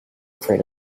afraid